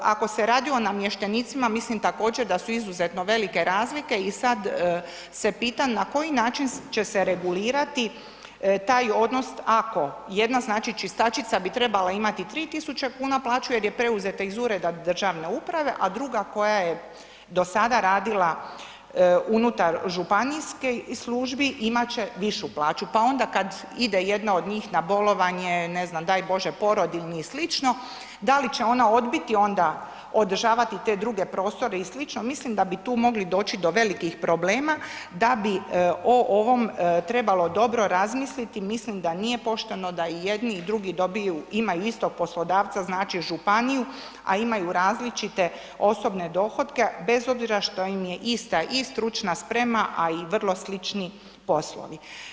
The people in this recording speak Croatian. Ako se radi o namještenicima mislim također da su izuzetno velike razlike i sad se pitam na koji način će se regulirati taj odnos ako jedna znači čistačica bi trebala imati 3.000 kuna plaću jer je preuzeta iz ureda državne uprave, a druga koja je do sada radila unutar županijskih službi imat će višu plaću pa onda kad ide jedna od njih na bolovanje, ne znam daj bože porodiljni i slično da li će ona odbiti onda održavati te druge prostore i slično, mislim da bi tu mogli doći do velikih problema, da bi o ovom trebalo dobro razmisliti, mislim da nije pošteno da i jedni i drugi dobiju imaju istog poslodavca, znači županiju, a imaju različite osobne dohotke bez obzira što im je ista i stručna sprema, a i vrlo slični poslovi.